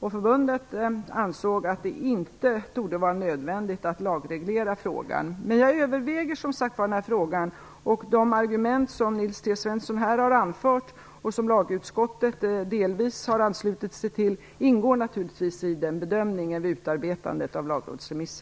Förbundet ansåg att det inte torde vara nödvändigt att lagreglera i denna fråga. Jag överväger, som sagt, den här frågan, och de argument som Nils T Svensson här har anfört och som lagutskottet delvis har anslutit sig till ingår naturligtvis i bedömningen vid utarbetandet av lagrådsremissen.